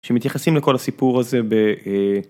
‫שמתייחסים לכל הסיפור הזה ב...